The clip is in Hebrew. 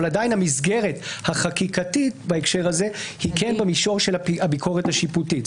אבל המסגרת החקיקתית בהקשר הזה היא כן במישור של הביקורת השיפוטית.